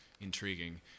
intriguing